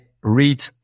read